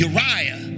Uriah